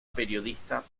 periodista